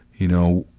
you know,